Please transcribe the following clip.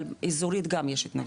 אבל אזורית גם יש התנגדות,